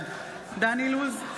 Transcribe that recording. בעד דן אילוז,